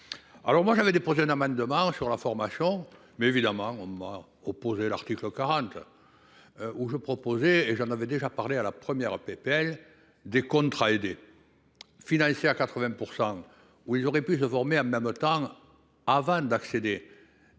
Alors moi j'avais des projets amendement sur la formation, mais évidemment on ne mord opposé l'article 40. Au jeu proposé et j'en avais déjà parlé à la Première PPL des contrats aidés. Financés à 80% où il aurait pu se former à autant avant d'accéder.